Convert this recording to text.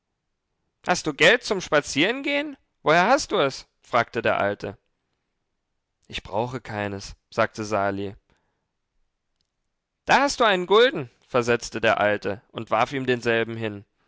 hast du geld zum spazierengehen woher hast du es fragte der alte ich brauche keines sagte sali da hast du einen gulden versetzte der alte und warf ihm denselben hin